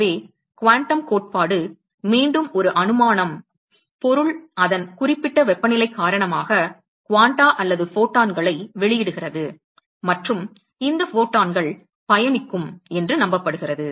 எனவே குவாண்டம் கோட்பாடு மீண்டும் ஒரு அனுமானம் பொருள் அதன் குறிப்பிட்ட வெப்பநிலை காரணமாக குவாண்டா அல்லது ஃபோட்டான்களை வெளியிடுகிறது மற்றும் இந்த ஃபோட்டான்கள் பயணிக்கும் என்று நம்பப்படுகிறது